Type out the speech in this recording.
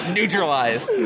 Neutralized